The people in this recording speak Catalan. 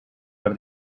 per